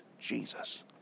Jesus